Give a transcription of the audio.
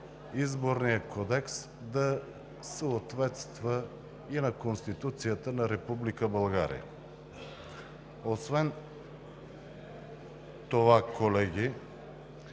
Изборният кодекс да съответства на Конституцията на Република България. Освен това, колеги,